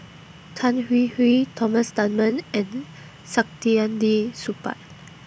Tan Hwee Hwee Thomas Dunman and Saktiandi Supaat